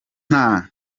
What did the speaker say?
nta